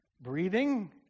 breathing